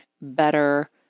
better